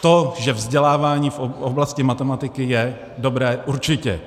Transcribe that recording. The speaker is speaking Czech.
To, že vzdělávání v oblasti matematiky je dobré, určitě.